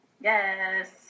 Yes